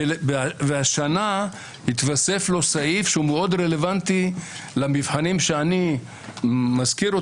והשנה התווסף לו סעיף שהוא מאוד רלוונטי למבחנים שאני מזכיר,